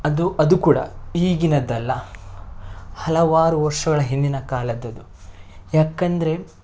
ಅದು ಅದೂ ಕೂಡ ಈಗಿನದ್ದಲ್ಲ ಹಲವಾರು ವರ್ಷಗಳ ಹಿಂದಿನ ಕಾಲದ್ದು ಅದು ಏಕಂದ್ರೆ